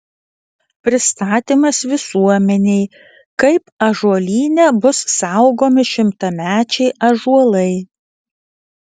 pristatymas visuomenei kaip ąžuolyne bus saugomi šimtamečiai ąžuolai